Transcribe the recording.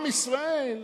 עם ישראל,